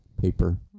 paper